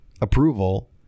approval